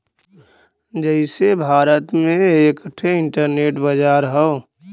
जइसे भारत में एक ठे इन्टरनेट बाजार हौ